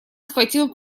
схватил